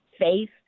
faith